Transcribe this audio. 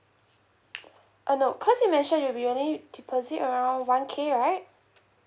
uh no cause you mention you'll be only deposit around one K right